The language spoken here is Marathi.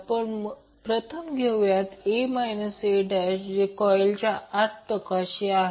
आपण प्रथम घेऊया a a' जे कॉइलच्या 1 टोकाशी आहे